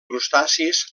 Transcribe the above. crustacis